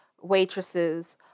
waitresses